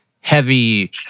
heavy